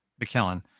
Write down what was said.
McKellen